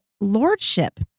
lordship